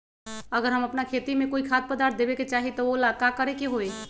अगर हम अपना खेती में कोइ खाद्य पदार्थ देबे के चाही त वो ला का करे के होई?